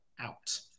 out